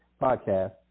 Podcast